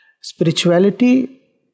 Spirituality